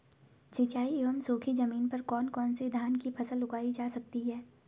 सिंचाई एवं सूखी जमीन पर कौन कौन से धान की फसल उगाई जा सकती है?